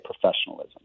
professionalism